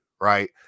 Right